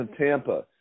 Tampa